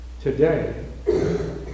today